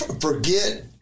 forget